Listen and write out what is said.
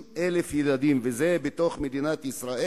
זאת היתה טעות.